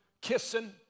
kissing